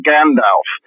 Gandalf